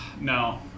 No